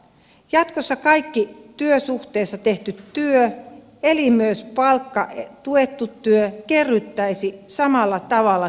jatkossa kaikki työsuhteessa tehty työ eli myös palkkatuettu työ kerryttäisi samalla tavalla työssäoloehtoa